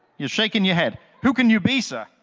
you're shaking your head. who can you be, sir?